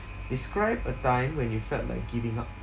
describe a time when you felt like giving up